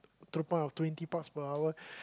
to the point of twenty bucks per hour